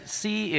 see